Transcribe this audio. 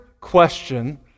question